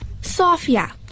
Sophia